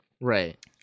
Right